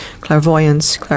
clairvoyance